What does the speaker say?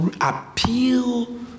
appeal